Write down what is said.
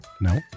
No